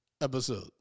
episode